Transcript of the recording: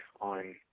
on